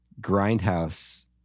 Grindhouse